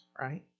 right